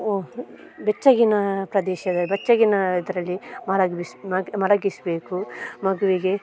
ಒ ಬೆಚ್ಚಗಿನ ಪ್ರದೇಶದ ಬೆಚ್ಚಗಿನ ಇದರಲ್ಲಿ ಮಲಗಿಸ ಮಲಗಿಸಬೇಕು ಮಗುವಿಗೆ